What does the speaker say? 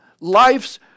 life's